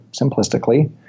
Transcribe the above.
simplistically